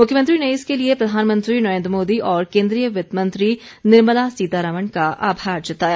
मुख्यमंत्री ने इसके लिए प्रधानमंत्री नरेन्द्र मोदी और केन्द्रीय वित्त मंत्री निर्मला सीमा रमण का आभार जताया